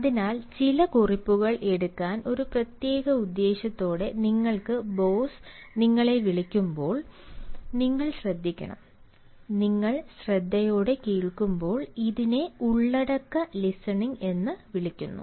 അതിനാൽ ചില കുറിപ്പുകൾ എടുക്കാൻ ഒരു പ്രത്യേക ഉദ്ദേശ്യത്തോടെ നിങ്ങളുടെ ബോസ് നിങ്ങളെ വിളിക്കുമ്പോൾ നിങ്ങൾ ശ്രദ്ധിക്കണം നിങ്ങൾ ശ്രദ്ധയോടെ കേൾക്കുമ്പോൾ ഇതിനെ ഉള്ളടക്ക ലിസണിംഗ് എന്ന് വിളിക്കുന്നു